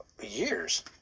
years